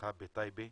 שנרצחה בטייבה,